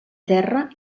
terra